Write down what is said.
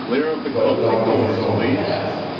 but, knowing his own past,